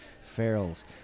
Farrell's